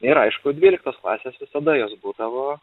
ir aišku dvyliktos klasės visada jos būdavo